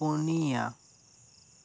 ᱯᱩᱱᱤᱭᱟ